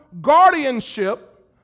guardianship